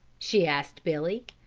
she asked billy.